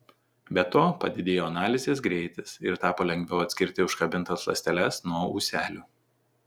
be to padidėjo analizės greitis ir tapo lengviau atskirti užkabintas ląsteles nuo ūselių